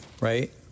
right